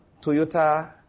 Toyota